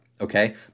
okay